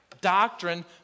Doctrine